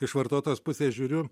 iš vartotojo pusės žiūriu